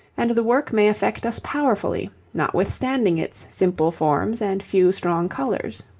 and the work may affect us powerfully, notwithstanding its simple forms and few strong colours.